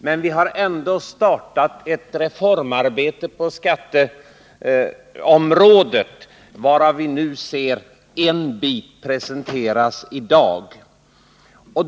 Men vi har startat ett reformarbete på skatteområdet, varav vi ser en bit presenteras i dag.